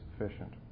sufficient